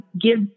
give